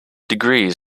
degrees